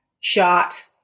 shot